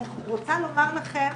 אני רוצה לומר לכם,